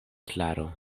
klaro